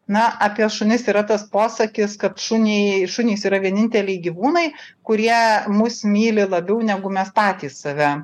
na apie šunis yra tas posakis kad šuniai šunys yra vieninteliai gyvūnai kurie mus myli labiau negu mes patys save